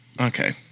Okay